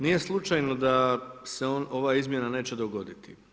Nije slučajno da se ova izmjena neće dogoditi.